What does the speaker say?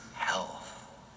health